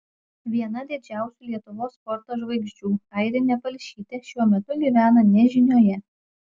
viena didžiausių lietuvos sporto žvaigždžių airinė palšytė šiuo metu gyvena nežinioje